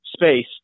space